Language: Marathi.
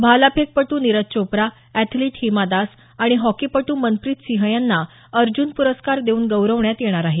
भालाफेकपटू निरज चोप्रा अॅथलीट हीमा दास आणि हॉकीपटू मनप्रीत सिंह यांना अर्जुन प्रस्कार देऊन गौरवण्यात येणार आहे